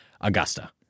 Augusta